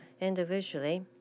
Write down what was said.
individually